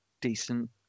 decent